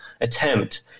attempt